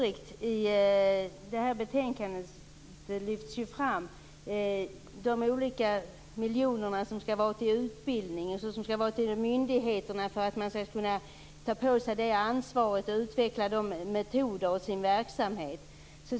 I det här betänkandet lyfts ju också fram de olika miljoner som skall gå till utbildning och till myndigheterna för att man skall kunna ta på sig sitt ansvar och utveckla metoder för sin verksamhet.